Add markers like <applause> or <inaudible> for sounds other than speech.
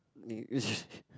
<noise>